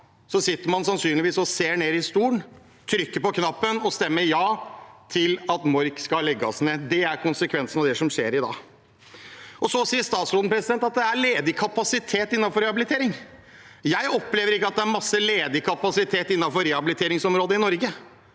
dag sitter man sannsynligvis og ser ned i stolen, trykker på knappen og stemmer for at Mork skal legges ned. Det er konsekvensen av det som skjer i dag. Så sier statsråden at det er ledig kapasitet innenfor rehabilitering. Jeg opplever ikke at det er mye ledig kapasitet innenfor rehabiliteringsområdet i Norge.